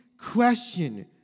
question